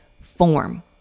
form